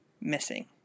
missing